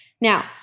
Now